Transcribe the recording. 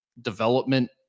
development